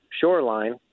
shoreline